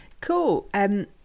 Cool